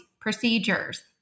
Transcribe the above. procedures